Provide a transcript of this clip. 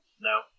no